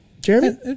Jeremy